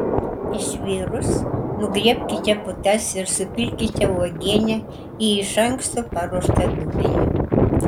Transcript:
išvirus nugriebkite putas ir supilkite uogienę į iš anksto paruoštą dubenį